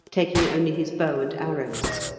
taking only his bow and arrows.